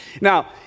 Now